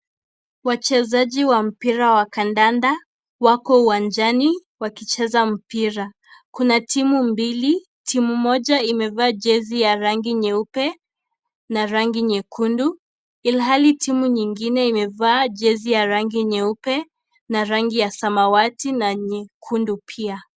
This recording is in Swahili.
Wachezaji wa mpira wa kandanda wako uwanjani wakicheza mpira kuna timu mbili timu moja imevaa jezi ya rangi nyeupe na rangi nyekundu ilhali timu nyingine imevaa jezi ya rangi nyeupe na rangi ya samawati na nyekundu pia.